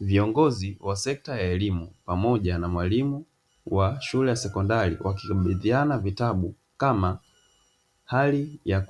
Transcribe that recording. Viongozi wa sekta ya elimu pamoja na mwalimu wa shule ya sekondari wakikabidhiana vitabu, kama hali ya